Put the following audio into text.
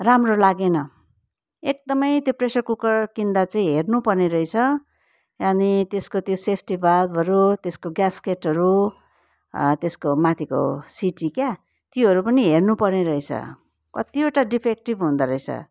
राम्रो लागेन एकदमै त्यो प्रेसर कुकर किन्दा चाहिँ हेर्नु पर्ने रहेछ अनि त्यसको त्यो सेफ्टी भाल्भहरू त्यसको ग्यासकेटहरू त्यसको माथिको सिटी क्या त्योहरू पनि हेर्नुपर्ने रहेछ कतिवटा डिफेक्टिभ हुदोरहेछ